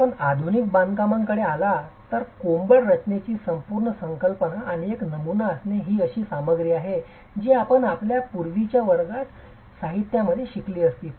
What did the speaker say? जर आपण आधुनिक बांधकामांकडे आला तर कोंबड रचनेची संपूर्ण संकल्पना आणि एक नमुना असणे ही अशी सामग्री आहे जी आपण आपल्या पूर्वीच्या वर्गात साहित्यामध्ये शिकली असती